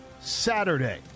Saturday